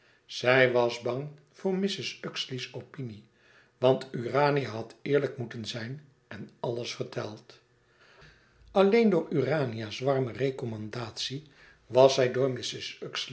zij was bang voor mrs uxeley's opinie want urania had eerlijk moeten zijn en alles verteld alleen door urania's warme recommandatie was zij door